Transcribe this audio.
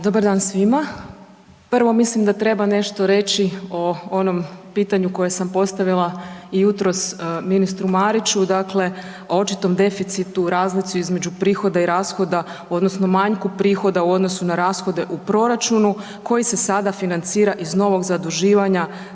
Dobar dan svima. Prvo mislim da treba nešto reći o onom pitanju koje sam postavila jutros ministru Mariću, dakle, o očitom deficitu u razlici između prihoda i rashoda odnosno manjku prihoda u odnosu na rashode u proračunu koji se sada financira iz novog zaduživanja